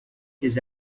his